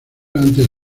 antes